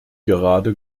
gerade